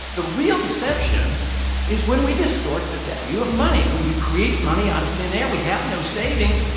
the real deception is when we distort the value of money. when we create money out of thin air, we have no savings.